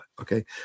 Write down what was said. Okay